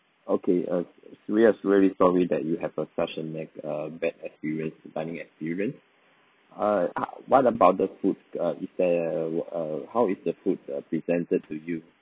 okay uh we are really sorry that you have a such a neg~ uh bad experience dining experience uh how what about the food uh it's a uh how is the food uh presented to you